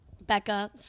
Becca